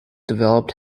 developed